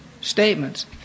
statements